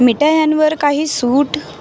मिठायांवर काही सूट